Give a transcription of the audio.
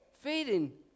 Feeding